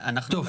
אנחנו,